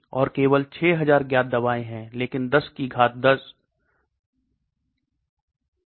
और केवल 6000 ज्ञात दवाएं हैं लेकिन 10 की घात 60 संभावित कंपाउंड हैं